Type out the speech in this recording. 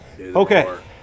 okay